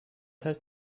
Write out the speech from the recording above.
heißt